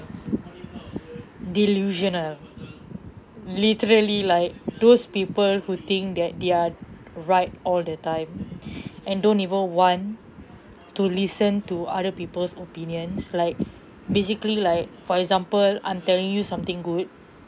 delusional literally like those people who think that they're right all the time and don't even want to listen to other people's opinions like basically like for example I'm telling you something good